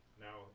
now